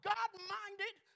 God-minded